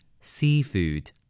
seafood